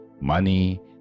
money